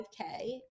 5K